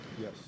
Yes